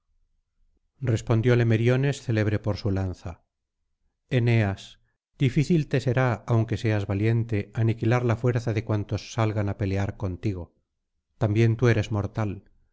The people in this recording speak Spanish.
respondióle meriones célebre por su lanza eneas difícil te será aunque seas valiente aniquilar la fuerza de cuantos salgan á pelear contigo también tú eres mortal